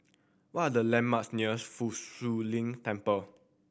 what are the landmarks near Fa Shi Lin Temple